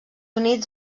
units